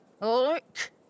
Look